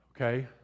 Okay